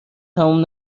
تموم